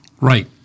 Right